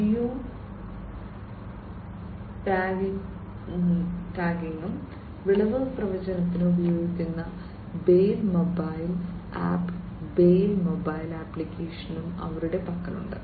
ജിയോ ടാഗിംഗിനും വിളവ് പ്രവചനത്തിനും ഉപയോഗിക്കുന്ന bail mobile app bail mobile ആപ്ലിക്കേഷനും അവരുടെ പക്കലുണ്ട്